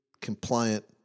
compliant